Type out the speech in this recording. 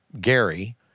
Gary